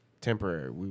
temporary